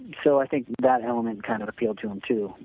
so, i think that element kind of appealed to him too,